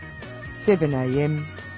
7am